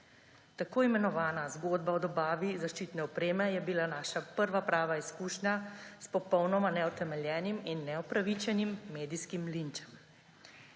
Tako imenovana zgodba o dobavi zaščitne opreme je bila naša prva prava izkušnja s popolnoma neutemeljenim in neupravičenim medijskim linčem.